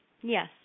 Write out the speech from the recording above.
Yes